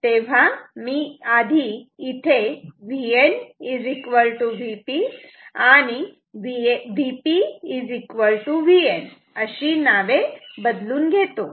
तेव्हा मी आधी Vn Vp आणि Vp Vn अशी नावे बदलून घेतो